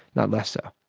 not less so.